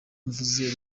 mvuze